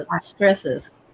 stresses